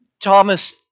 Thomas